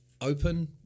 open